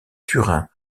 turin